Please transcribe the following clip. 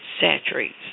saturates